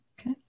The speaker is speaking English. Okay